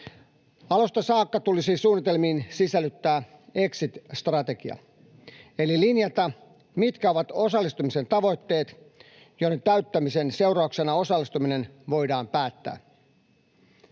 Alusta saakka tulisi suunnitelmiin sisällyttää exit-strategia, eli linjata, mitkä ovat osallistumisen tavoitteet, joiden täyttämisen seurauksena osallistuminen voidaan päättää.